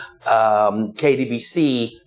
KDBC